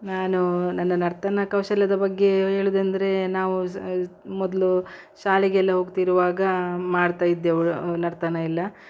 ನಾನು ನನ್ನ ನರ್ತನ ಕೌಶಲ್ಯದ ಬಗ್ಗೆ ಹೇಳುದ್ ಎಂದರೆ ನಾವು ಸ್ ಮೊದಲು ಶಾಲೆಗೆಲ್ಲ ಹೋಗ್ತಿರುವಾಗ ಮಾಡ್ತಾ ಇದ್ದೆವು ನರ್ತನ ಎಲ್ಲ